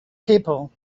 people